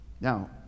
Now